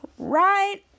right